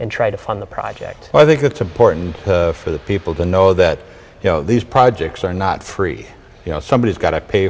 and try to fund the project and i think it's important for the people to know that you know these projects are not free you know somebody's got to pay